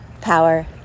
power